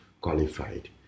qualified